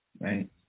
right